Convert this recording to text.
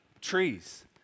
trees